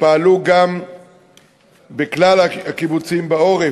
פעלו בכלל הקיבוצים, גם בעורף.